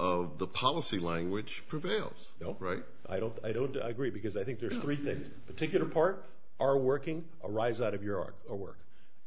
of the policy language prevails right i don't i don't agree because i think there's three that particular part are working arise out of your work